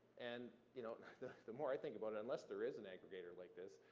and you know the the more i think about it, unless there is an aggregator like this,